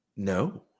No